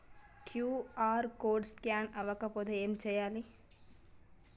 QR code scanner అవ్వకపోతే ఏం చేయాలి?